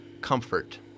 comfort